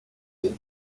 dit